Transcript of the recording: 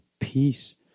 peace